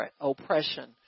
oppression